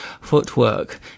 footwork